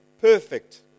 perfect